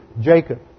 Jacob